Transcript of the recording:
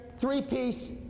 three-piece